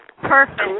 Perfect